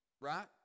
Right